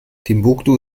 timbuktu